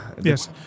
yes